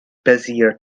bezier